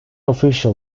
official